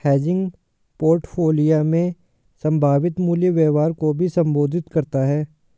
hedging portfolio में संभावित मूल्य व्यवहार को भी संबोधित करता हैं